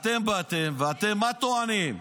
ומה אתם טוענים?